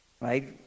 Right